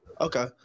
Okay